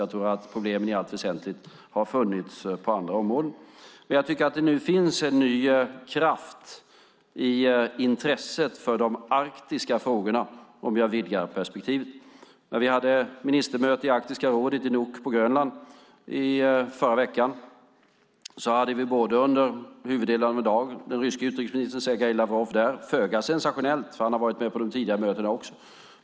Jag tror att problemen i allt väsentligt har funnits på andra områden. Men jag tycker att det nu finns en ny kraft i intresset för de arktiska frågorna, om jag vidgar perspektivet. När vi hade ministermöte i Arktiska rådet i Nuuk på Grönland i förra veckan hade vi under huvuddelen av en dag den ryske utrikesministern Sergej Lavrov där, föga sensationellt, för han har varit med på de tidigare mötena också.